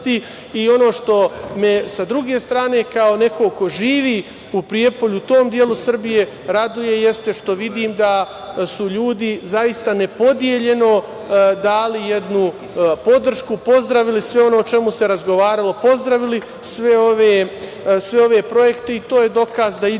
što me sa druge strane kao nekog ko živi u Prijepolju, u tom delu Srbije, raduje jeste što vidim da su ljudi zaista nepodeljeno dali jednu podršku, pozdravili sve ono o čemu se razgovaralo, pozdravili sve ove projekte i to je dokaz da idemo